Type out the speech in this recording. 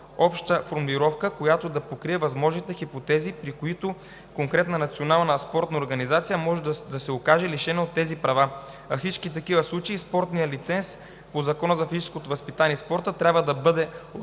обща формулировка, която да покрие възможните хипотези, при които конкретна национална спортна организация може да се окаже лишена от тези права, а във всички такива случаи спортният лиценз по Закона за физическото възпитание и спорта трябва да бъде отнет,